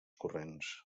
corrents